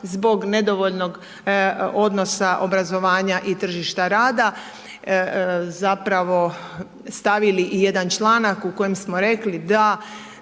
zbog nedovoljnog obrazovanja i tržišta rada zapravo stavili jedan članak u kojem smo rekli da